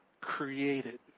created